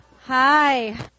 Hi